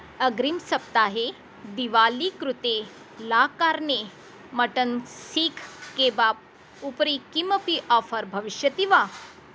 अग्रिमसप्ताहे दिवाली कृते ला कार्ने मटन् सीक् केबाब् उपरि किमपि आफ़र् भविष्यति वा